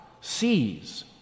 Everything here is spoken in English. sees